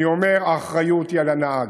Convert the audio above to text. אני אומר: האחריות היא על הנהג.